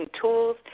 tools